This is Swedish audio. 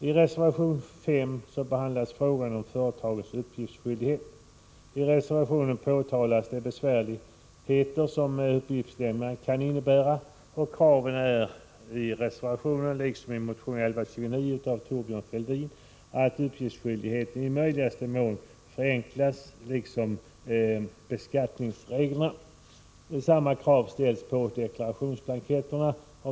I reservation 5 behandlas frågan om företagens uppgiftsskyldighet. I reservationen påtalas de besvärligheter som uppgiftslämnandet kan innebära, och kraven är i reservationen liksom i motion 1129 av Thorbjörn Fälldin att uppgiftsskyldigheten i möjligaste mån förenklas liksom beskattningsreglerna. Samma krav ställs på deklarationsblanketterna.